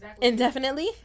Indefinitely